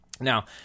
Now